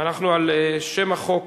אנחנו על שם החוק